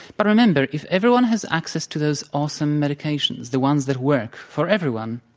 but remember, if everyone has access to those awesome medications, the ones that work for everyone